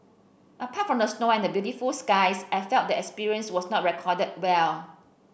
apart from the snow and the beautiful skies I felt the experience was not recorded well